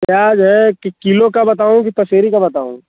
प्याज है कि किलो का बताऊँ कि पसेरी का बताऊँ